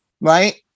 right